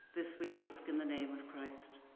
this we ask in the name of christ.